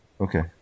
Okay